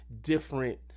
different